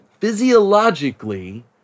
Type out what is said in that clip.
physiologically